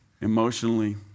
emotionally